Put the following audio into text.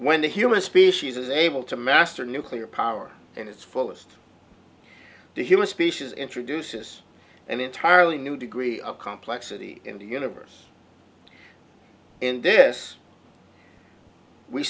when the human species is able to master nuclear power and its fullest the human species introduces an entirely new degree of complexity in the universe and this we